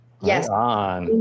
yes